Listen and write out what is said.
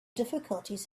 difficulties